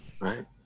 Right